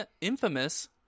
infamous